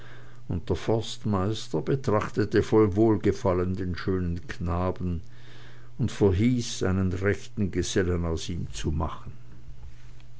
und der forstmeister betrachtete voll wohlgefallen den schönen knaben und verhieß einen rechten gesellen aus ihm zu machen